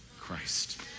Christ